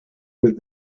with